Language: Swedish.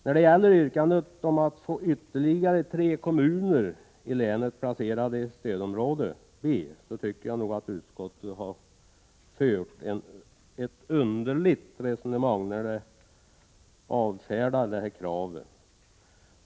När det gäller yrkandet om att få ytterligare tre kommuner i länet placerade i stödområde B tycker jag att utskottet har fört ett underligt resonemang när man avfärdat kravet.